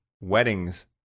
weddings